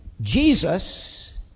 Jesus